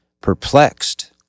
Perplexed